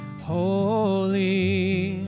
holy